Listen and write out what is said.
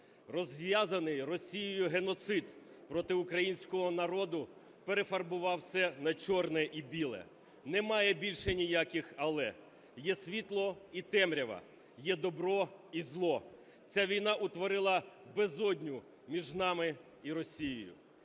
Розв'язаний Росією геноцид проти українського народу перефарбував все на чорне і біле. Немає більше ніяких "але" – є світло і темрява, є добро і зло. Ця війна утворила безодню між нами і Росією.